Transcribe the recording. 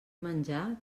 menjar